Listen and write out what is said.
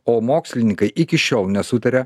o mokslininkai iki šiol nesutaria